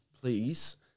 please